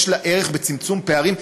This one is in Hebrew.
יש לה ערך בצמצום פערים.